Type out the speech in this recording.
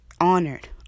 honored